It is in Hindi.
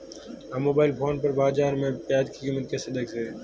हम मोबाइल फोन पर बाज़ार में प्याज़ की कीमत कैसे देखें?